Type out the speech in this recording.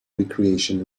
recreation